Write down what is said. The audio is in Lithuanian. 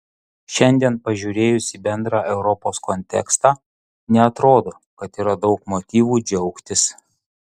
šiandien pažiūrėjus į bendrą europos kontekstą neatrodo kad yra daug motyvų džiaugtis